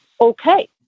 okay